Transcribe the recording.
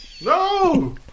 No